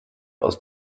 aus